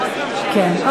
כן.